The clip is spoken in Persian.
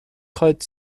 خواید